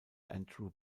andrew